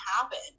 happen